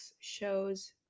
shows